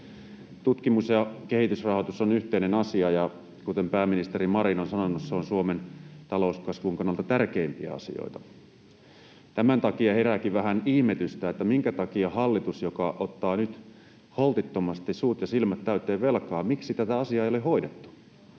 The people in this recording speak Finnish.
Tutkimus‑ ja kehitysrahoitus on yhteinen asia, ja kuten pääministeri Marin on sanonut, se on Suomen talouskasvun kannalta tärkeimpiä asioita. Tämän takia herääkin vähän ihmetystä, minkä takia hallitus, joka ottaa nyt holtittomasti suut ja silmät täyteen velkaa, ei tätä asiaa ole hoitanut.